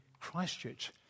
Christchurch